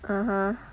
(uh huh)